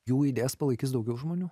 jų idėjas palaikys daugiau žmonių